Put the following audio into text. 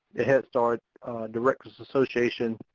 head start directors association.